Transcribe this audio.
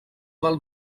del